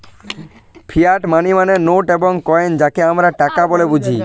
fiat money মানে note এবং coin যাকে আমরা টাকা বলে বুঝি